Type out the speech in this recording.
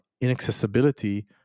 inaccessibility